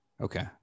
okay